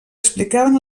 explicaven